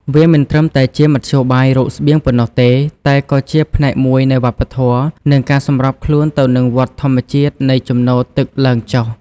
វាមិនត្រឹមតែជាមធ្យោបាយរកស្បៀងប៉ុណ្ណោះទេ តែក៏ជាផ្នែកមួយនៃវប្បធម៌ និងការសម្របខ្លួនទៅនឹងវដ្តធម្មជាតិនៃជំនោរទឹកឡើងចុះ។